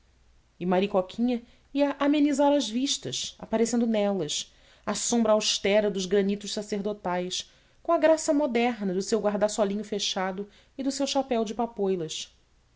e maricoquinhas ia amenizar as vistas aparecendo nelas à sombra austera dos granitos sacerdotais com a graça moderna do seu guarda solinho fechado e do seu chapéu de